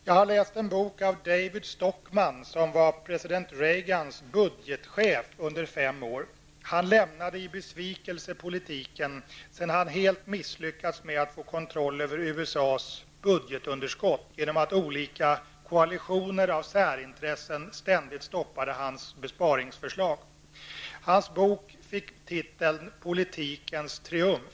Jag har läst en bok av David Stockman, som var president Reagans budgetchef under fem år. Han lämnade i besvikelse politiken sedan han helt misslyckats med att få kontroll över USAs budgetunderskott genom att olika koalitioner av särintressen ständigt stoppade alla hans besparingsförslag. Han skrev en bok med titeln Politikens triumf.